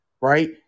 right